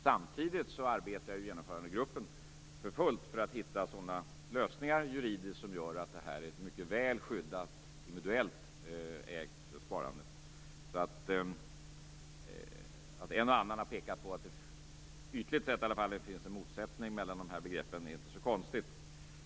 Samtidigt arbetar genomförandegruppen för fullt för att hitta sådana juridiska lösningar som gör att det här blir ett mycket väl skyddat individuellt sparande. Att en och annan, i alla fall ytligt sett, har pekat på att det finns en motsättning mellan dessa begrepp är inte så konstigt.